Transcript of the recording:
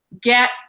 get